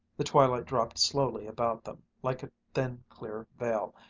the twilight dropped slowly about them like a thin, clear veil.